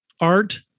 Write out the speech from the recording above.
Art